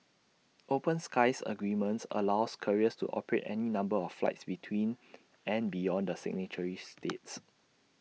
open skies agreements allows carriers to operate any number of flights between and beyond the signatory states